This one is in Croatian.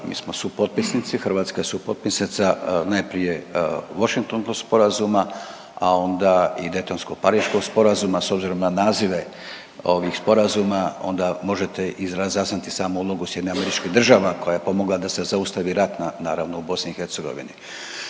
mi smo supotpisnici, Hrvatska je supotpisnica najprije Washingtonskog sporazuma, a onda i Daytonsko-pariškog sporazuma s obzirom na nazive ovih sporazuma onda možete i razaznati samu ulogu Sjedinjenih Američkih Država koja je pomogla da se zaustavi rat naravno u Bosni i Hercegovini.